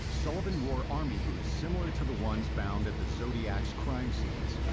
sullivan wore army boots similar to the ones found at the zodiac's crime scenes,